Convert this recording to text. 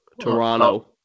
Toronto